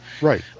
Right